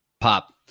Pop